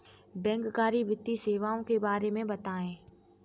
बैंककारी वित्तीय सेवाओं के बारे में बताएँ?